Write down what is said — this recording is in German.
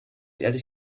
ehrlich